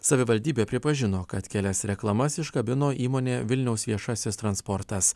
savivaldybė pripažino kad kelias reklamas iškabino įmonė vilniaus viešasis transportas